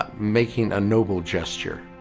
ah making a noble gesture.